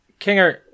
Kinger